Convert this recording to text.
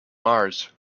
mars